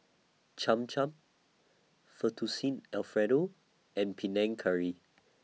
Cham Cham Fettuccine Alfredo and Panang Curry